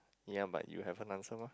yea but you haven't answer mah